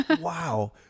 Wow